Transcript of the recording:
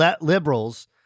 liberals